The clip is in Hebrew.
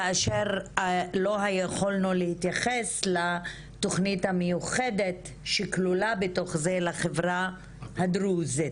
כאשר לא יכולנו להתייחס לתוכנית המיוחדת שכלולה בתוך זה לחברה הדרוזית.